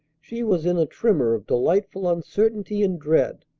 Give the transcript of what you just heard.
she was in a tremor of delightful uncertainty and dread.